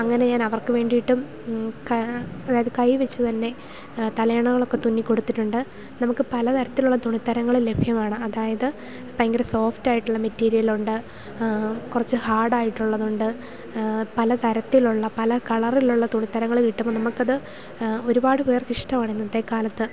അങ്ങനെ ഞാൻ അവർക്ക് വേണ്ടിയിട്ടും അതായത് കൈവച്ചു തന്നെ തലയാണകളൊക്കെ തുന്നി കൊടുത്തിട്ടുണ്ട് നമുക്ക് പല തരത്തിലുള്ള തുണിത്തരങ്ങൾ ലഭ്യമാണ് അതായത് ഭയങ്കര സോഫ്റ്റായിട്ടുള്ള മെറ്റീരിയൽ ഉണ്ട് കുറച്ചു ഹാഡായിട്ട് ഉള്ളതുണ്ട് പല തരത്തിലുള്ള പല കളറിലുള്ള തുണിത്തരങ്ങൾ കിട്ടുമ്പം നമുക്ക് അത് ഒരുപാട് പേർക്ക് ഇഷ്ടമാണ് ഇന്നത്തെ കാലത്ത്